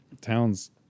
Towns